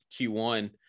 Q1